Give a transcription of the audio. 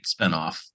spinoff